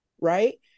Right